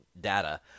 data